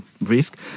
risk